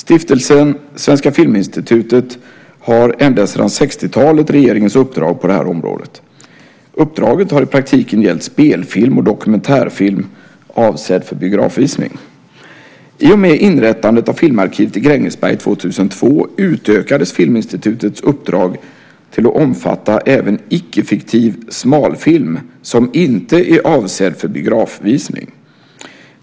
Stiftelsen Svenska Filminstitutet har sedan 1960-talet regeringens uppdrag på detta område. Uppdraget har i praktiken gällt spelfilm och dokumentärfilm avsedd för biografvisning. I och med inrättandet av Filmarkivet i Grängesberg 2002 utökades Filminstitutets uppdrag till att omfatta även icke-fiktiv smalfilm som inte är avsedd för biografvisning.